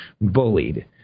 bullied